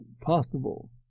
possible